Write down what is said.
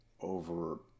over